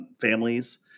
families